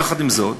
יחד עם זה,